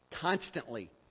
Constantly